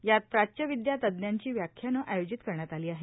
यात प्राच्य विदया तदयांची व्याख्याने आयोजित करण्यात आली आहे